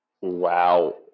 Wow